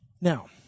Now